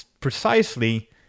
precisely